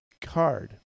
card